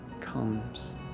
comes